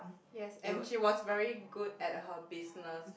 yes and she was very good at her business